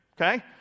okay